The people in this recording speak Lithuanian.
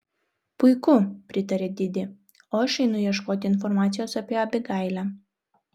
puiku pritarė didi o aš einu ieškoti informacijos apie abigailę